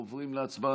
אנחנו עוברים להצבעה.